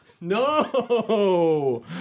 No